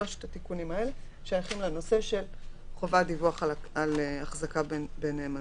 שלושת התיקונים האלה שייכים לנושא של חובת דיווח על החזקה בנאמנות.